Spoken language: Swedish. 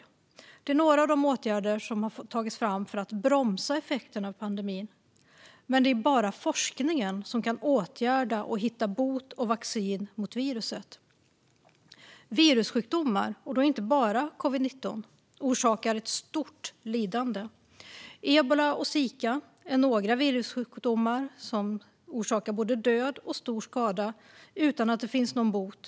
Detta är några av de åtgärder som har tagits fram för att bromsa effekterna av pandemin, men det är bara forskningen som kan åtgärda och hitta bot och vaccin mot viruset. Virussjukdomar, inte bara covid-19, orsakar ett stort lidande. Ebola och zika är några virussjukdomar som orsakar både död och stor skada utan att det finns någon bot.